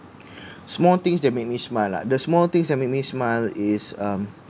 small things that make me smile ah the small things that make me smile is um